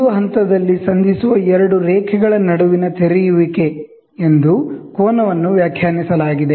ಒಂದು ಪಾಯಿಂಟ್ ಅಲ್ಲಿ ಸಂಧಿಸುವ ಎರಡು ರೇಖೆಗಳ ನಡುವಿನ ಓಪನಿಂಗ್ ಆಗಿದೆ ಎಂದು ಕೋನವನ್ನುಆಂಗಲ್ ವ್ಯಾಖ್ಯಾನಿಸಲಾಗಿದೆ